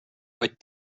ott